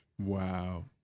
Wow